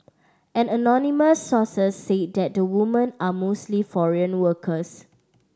an anonymous source said that the woman are mostly foreign workers